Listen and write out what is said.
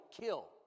kill